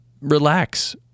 Relax